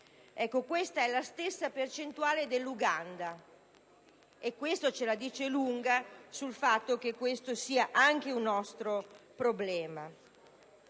tratta della stessa percentuale dell'Uganda e questo la dice lunga sul fatto che l'AIDS è anche un nostro problema.